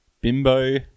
Bimbo